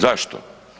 Zašto?